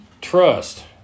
trust